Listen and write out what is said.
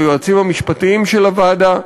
ליועצים המשפטיים של הוועדה,